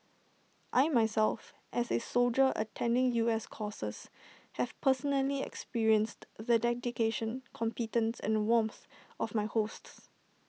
I myself as A soldier attending U S courses have personally experienced the dedication competence and warmth of my hosts